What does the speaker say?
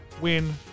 win